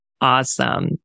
Awesome